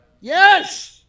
Yes